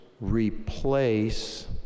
replace